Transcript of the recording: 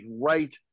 right